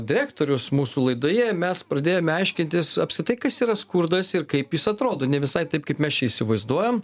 direktorius mūsų laidoje mes pradėjome aiškintis apskritai kas yra skurdas ir kaip jis atrodo ne visai taip kaip mes čia įsivaizduojam